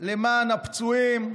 למען הפצועים,